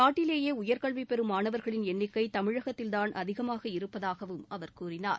நாட்டிலேயேஉயர்கல்விபெறம் மாணவர்களின் எண்ணிக்கைதமிழகத்தில் கான் அதிகமாக இருப்பதாகவும் அவர் கூறினார்